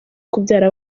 kubyara